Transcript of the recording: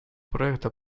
проекта